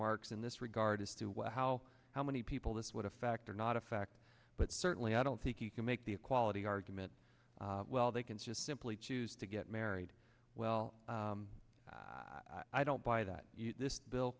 marks in this regard as to where how how many people this would affect or not affect but certainly i don't think you can make the equality argument well they can just simply choose to get married well i don't buy that this bill